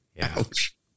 Ouch